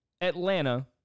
Atlanta